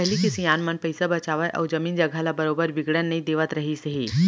पहिली के सियान मन पइसा बचावय अउ जमीन जघा ल बरोबर बिगड़न नई देवत रहिस हे